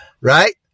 right